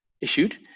issued